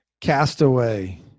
Castaway